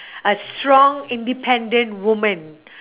a strong independent woman